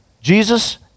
Jesus